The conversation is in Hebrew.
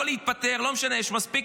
לא להתפטר, לא משנה, יש מספיק